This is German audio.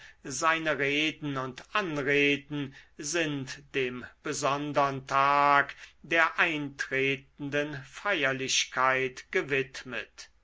seine reden und anreden sind dem besondern tag der eintretenden feierlichkeit gewidmet